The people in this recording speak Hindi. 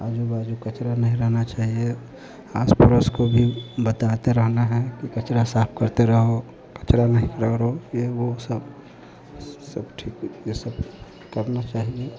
आज़ू बाज़ू कचरा नहीं रहना चाहिए आस पड़ोस को भी बताते रहना है कि कचरा साफ करते रहो कचरा नहीं रगरो यह वह सब सब ठीक यह सब करना चाहिए